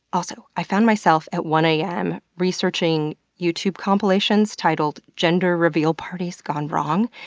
also, i found myself at one am researching youtube compilations titled gender reveal parties gone wrong,